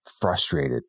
frustrated